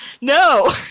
No